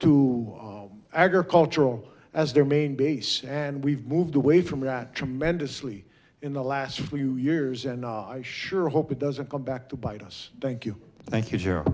to agricultural as their main base and we've moved away from that tremendously in the last few years and i sure hope it doesn't come back to bite us thank you thank you